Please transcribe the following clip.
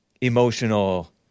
emotional